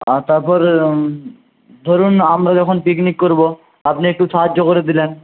আর তারপরে ধরুন আমরা যখন পিকনিক করব আপনি একটু সাহায্য করে দিলেন